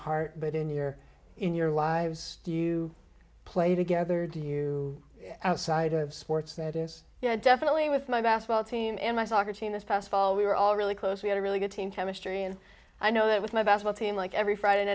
heart but in your in your lives do you play together do you outside of sports that is yeah definitely with my basketball team and my soccer team this past fall we were all really close we had a really good team chemistry and i know that with my vassal team like every friday and